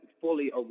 fully